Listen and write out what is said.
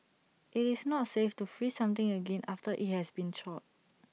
IT is not safe to freeze something again after IT has been thawed